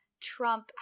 Trump